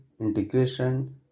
integration